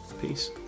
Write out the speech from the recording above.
peace